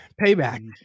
Payback